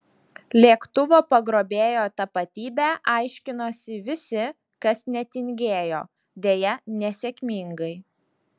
lėktuvo pagrobėjo tapatybę aiškinosi visi kas netingėjo deja nesėkmingai